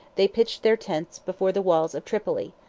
they pitched their tents before the walls of tripoli,